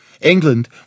England